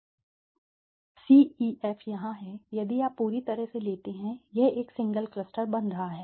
C E F यहां है यदि आप पूरी तरह से लेते हैं यह एक सिंगल क्लस्टर बन रहा है